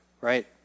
right